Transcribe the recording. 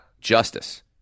justice